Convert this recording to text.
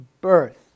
birth